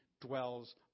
dwells